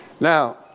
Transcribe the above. Now